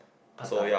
pad-thai